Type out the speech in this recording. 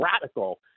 radical